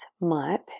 month